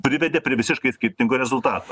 privedė prie visiškai skirtingo rezultato